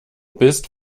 bist